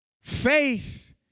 Faith